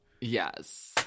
Yes